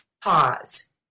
Pause